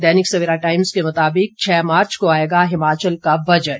दैनिक Savera Times के मुताबिक छह मार्च को आएगा हिमाचल का बजट